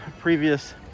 previous